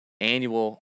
annual